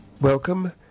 Welcome